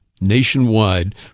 nationwide